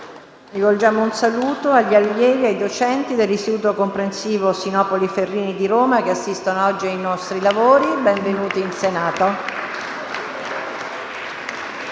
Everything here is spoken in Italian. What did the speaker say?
Rivolgiamo un saluto agli allievi e ai docenti dell'Istituto comprensivo «Sinopoli Ferrini» di Roma che assistono oggi ai nostri lavori. Benvenuti in Senato.